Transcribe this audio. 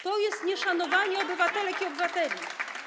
To jest nieszanowanie obywatelek i obywateli.